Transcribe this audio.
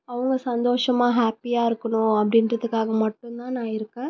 அவங்க சந்தோஷமாக ஹாப்பியாக இருக்கணும் அப்படின்றதுக்காக மட்டுந்தான் நான் இருக்கேன்